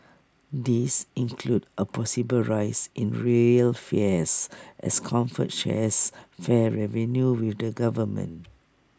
these include A possible rise in rail fares as comfort shares fare revenue with the government